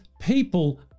people